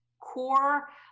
core